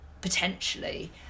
potentially